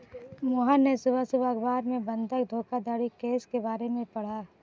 मोहन ने सुबह सुबह अखबार में बंधक धोखाधड़ी केस के बारे में पढ़ा